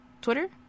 Twitter